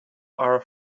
are